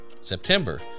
September